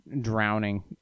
drowning